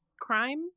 crime